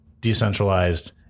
decentralized